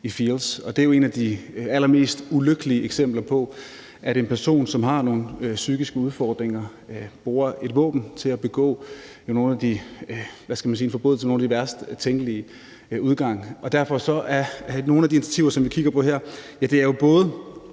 Det er jo et af de allermest ulykkelige eksempler på, at en person, som har nogle psykiske udfordringer, bruger et våben til at begå en forbrydelse med den værst tænkelige udgang. Derfor er nogle af de initiativer, som vi kigger på her, jo både